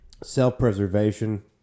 self-preservation